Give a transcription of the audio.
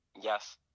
Yes